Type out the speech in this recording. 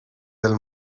del